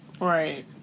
Right